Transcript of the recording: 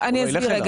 אני אסביר.